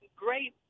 great